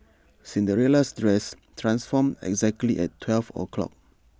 Cinderella's dress transformed exactly at twelve o'clock